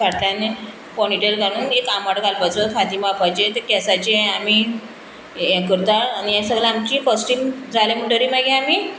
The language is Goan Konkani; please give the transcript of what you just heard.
फाटल्यान पोनीटेल घालून एक आंबाडो घालपाचो फांती माळपाची आनी तें केंसाचें आमी हें करता आनी हें सगळें आमची फस्ट थींग जालें म्हणटोरी मागीर आमी